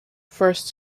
first